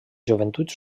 joventuts